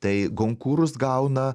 tai gonkūrus gauna